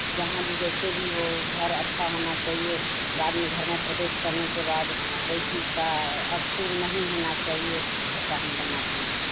जहाँ भी जैसे भी हो घर अच्छा होना चाहिए बाद में घर में प्रवेश करने के बाद कोई चीज का अशुभ नहीं होना चाहिए ऐसा हम बनाते हैं